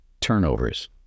turnovers